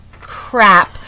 crap